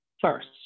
first